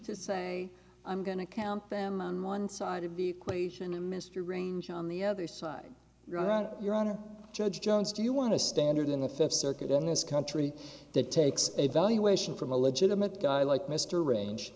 to say i'm going to count them on one side of the equation and mr range on the other side around your honor judge jones do you want to standard in the fifth circuit in this country that takes a valuation from a legitimate guy like mr range